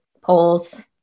polls